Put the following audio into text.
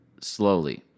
slowly